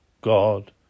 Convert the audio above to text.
God